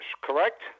correct